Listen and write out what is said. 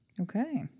Okay